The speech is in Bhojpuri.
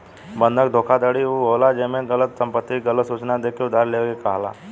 बंधक धोखाधड़ी उ होला जेमे गलत संपत्ति के गलत सूचना देके उधार लेवे के कहाला